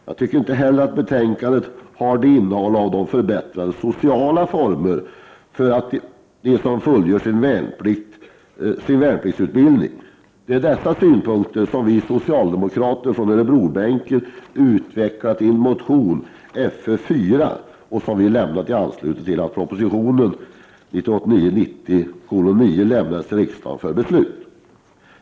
Jag tycker inte heller att betänkandet innehåller förbättrade sociala former för dom som fullgör sin värnpliktsutbildning. De är dessa synpunkter som vi socialdemokrater på Örebrobänken har utvecklat i motion Fö4, som vi har avgett i anslutning till att proposition 1989/90:9 lämnades till riksdagen för beslut.